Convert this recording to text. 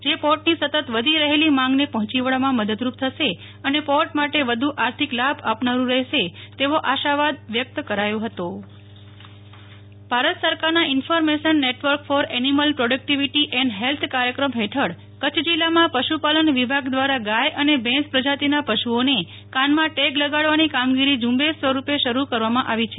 જે પોર્ટની સતત વધી રહેલી માંગને પફોચી વળવામાં મદદરૂપ થશે અને પોર્ટ માટે વધુ આર્થિક લાભ આપનારુ રહેશે તેવો આશાવાદ વ્યેક્ત કરાયો હતો ભારત સરકારનાં information network for animal productivity and ફેલ્થકાર્યક્રમ ફેઠળ કચ્છ જિલ્લામાં પશુપાલન વિભાગ દ્વારા ગાય અને ભેંસ પ્રજાતિના પશુઓને કાનમાં ટેગ લગાડવાની કામગીરી ઝુંબેશ સ્વરૂપે શરૂ કરવામાં આવી છે